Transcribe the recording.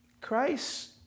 Christ